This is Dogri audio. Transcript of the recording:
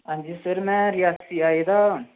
हां जी सर में रियासी आए दा हा